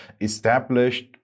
established